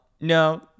no